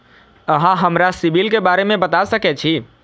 अहाँ हमरा सिबिल के बारे में बता सके छी?